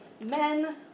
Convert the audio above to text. Men